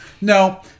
No